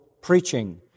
preaching